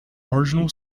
marginal